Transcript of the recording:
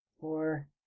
Four